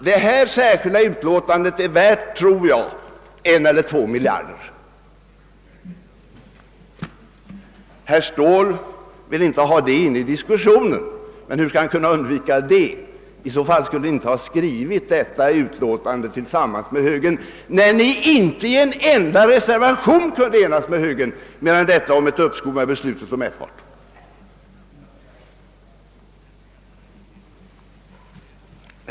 Detta särskilda yttrande tror jag är värt en eller två miljarder. Den saken vill herr Ståhl inte ha in i diskussionen, men hur skall han kunna undvika det? Då skulle ni i folkpartiet inte ha skrivit detta yttrande tillsammans med högern, när ni inte har kunnat enas med högern i en enda reservation mer än den om uppskov med beslutet om F 18.